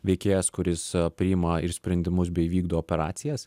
veikėjas kuris priima ir sprendimus bei vykdo operacijas